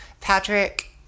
Patrick